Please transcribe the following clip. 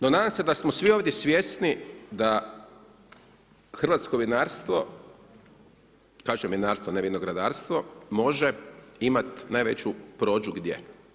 No nadam se da smo svi ovdje svjesni da hrvatsko vinarstvo, kažem vinarstvo, ne vinogradarstvo može imati najveću prođu gdje?